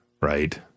right